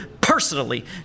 personally